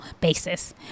basis